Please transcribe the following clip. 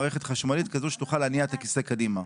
מערכת חשמלית כזו שתוכל להניע את הכיסא קדימה.